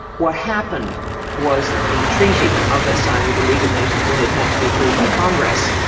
what happened was that the treaty of versailles with the league of nations in it had to be approved by congress,